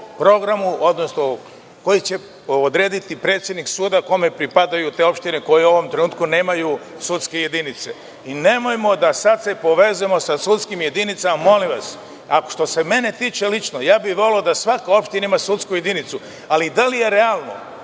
programu koji će odrediti predsednik suda kome pripadaju te opštine, koje u ovom trenutku nemaju sudske jedinice? Nemojmo da se sad povezujemo sa sudskim jedinicama, molim vas. Što se mene tiče lično, voleo bih da svaka opština ima sudsku jedinicu, ali da li je realno